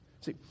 See